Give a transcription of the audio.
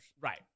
Right